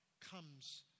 comes